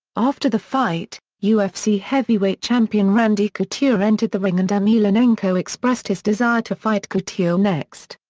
after the fight, ufc heavyweight champion randy couture entered the ring and emelianenko expressed his desire to fight couture next.